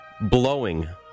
Blowing